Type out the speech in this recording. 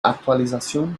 actualización